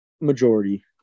Majority